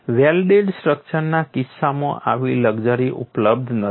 welded સ્ટ્રક્ચર્સના કિસ્સામાં આવી લક્ઝરી ઉપલબ્ધ નથી